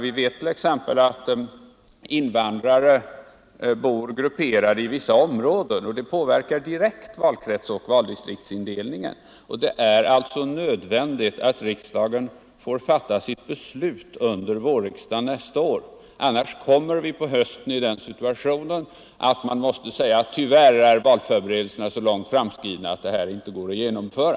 Vi vet t.ex. att invandrare bor grupperade i vissa områden, vilket direkt påverkar valdistriktsindelningen. Det är alltså nödvändigt att riksdagen får fatta sitt beslut under vårriksdagen nästa år, annars kommer vi på hösten i den situationen, att man måste säga: Tyvärr är valförberedelserna nu så långt framskridna att det här inte går att genomföra.